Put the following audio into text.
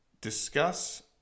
discuss